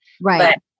Right